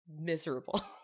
miserable